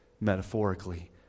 metaphorically